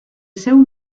seu